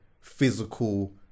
physical